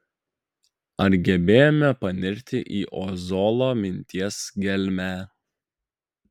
ar gebėjome panirti į ozolo minties gelmę